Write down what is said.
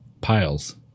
piles